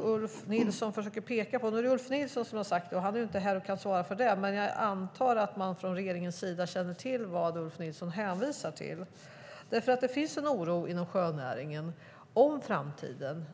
Ulf Nilsson försöker peka på? Nu är det Ulf Nilsson som har sagt detta och han är inte här och kan svara för det, men jag antar att man från regeringens sida känner till vad Ulf Nilsson hänvisar till. Det finns en oro inom sjönäringen om framtiden.